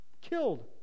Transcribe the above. killed